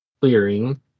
clearing